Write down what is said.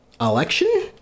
election